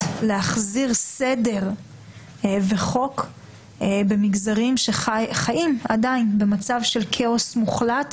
להחזיר סדר וחוק במגזרים שחיים עדיין במצב של כאוס מוחלט,